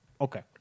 Okay